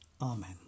Amen